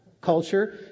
culture